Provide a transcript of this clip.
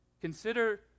Consider